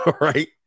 right